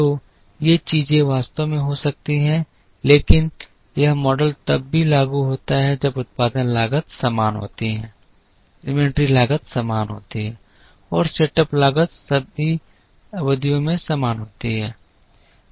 तो ये चीजें वास्तव में हो सकती हैं लेकिन यह मॉडल तब भी लागू होता है जब उत्पादन लागत समान होती है इन्वेंट्री लागत समान होती है और सेटअप लागत सभी अवधियों में समान होती है